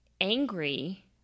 angry